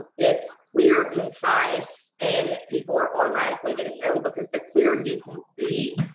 it's clear, concise and people are automatically going to know because the clear you can see,